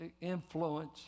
influence